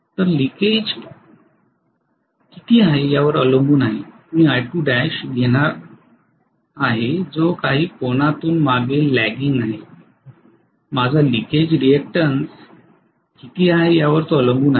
तर लिकेजं किती आहे यावर अवलंबून आहे मी I2l घेणार आहे जो काही कोनातून मागे ल्याग्गिंग आहे माझा लिकेजं रिॅक्टेन्स किती आहे यावर तो अवलंबून आहे